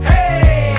Hey